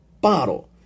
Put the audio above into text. bottle